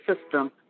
system